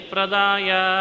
Pradaya